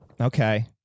Okay